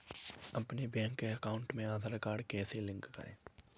अपने bank account में Aadhaar card कैसे लिंक करें?